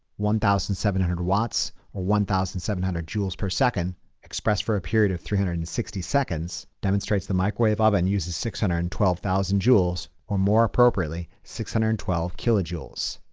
one thousand seven hundred watts or one thousand seven hundred joules per second express for a period of three hundred and sixty seconds, demonstrates the microwave oven uses six hundred and twelve thousand joules or more appropriately six hundred and twelve kilojoules.